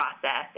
process